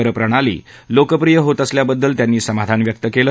करप्रणाली लोकप्रिय होत असल्याबद्दल त्यांनी समाधान व्यक्त केलं